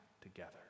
together